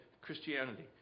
Christianity